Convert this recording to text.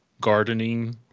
gardening